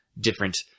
different